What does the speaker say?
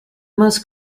most